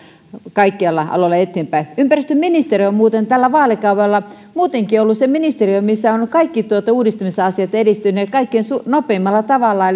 kaikilla alueilla eteenpäin ympäristöministeriö on muuten tällä vaalikaudella muutenkin ollut se ministeriö missä ovat kaikki uudistumisasiat edistyneet kaikkein nopeimmalla tavalla